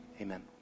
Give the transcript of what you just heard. Amen